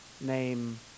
name